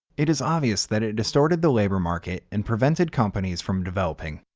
it is obvious that it distorted the labor market and prevented companies from developing.